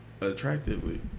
attractively